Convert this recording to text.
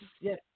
yes